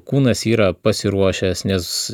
kūnas yra pasiruošęs nes